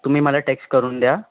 तुम्ही मला टेक्स्ट करून द्या